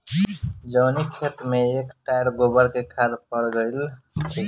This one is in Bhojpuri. जवनी खेत में एक टायर गोबर के खाद पड़ गईल बा फसल अपनेआप निमन होखेला